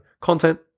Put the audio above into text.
content